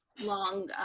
long